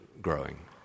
growing